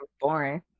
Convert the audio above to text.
boring